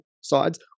sides